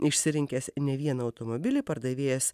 išsirinkęs ne vieną automobilį pardavėjas